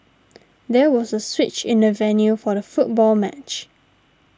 there was a switch in the venue for the football match